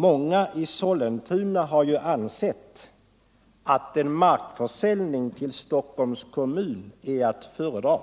Många i Sollentuna har ju ansett att en markförsäljning till Stockholms kommun är att föredra.